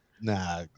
Nah